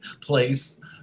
place